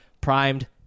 primed